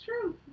true